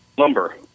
lumber